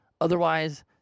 Otherwise